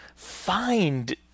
find